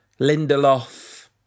Lindelof